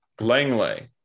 Langley